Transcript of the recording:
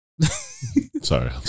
sorry